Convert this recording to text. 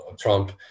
Trump